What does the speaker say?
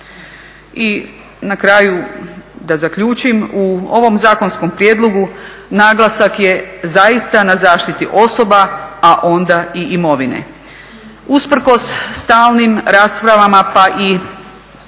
I na kraju, da zaključim, u ovom zakonskom prijedlogu naglasak je zaista na zaštiti osoba a onda i imovine. Usprkos stalnim raspravama pa i